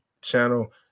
channel